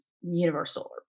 universal